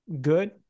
good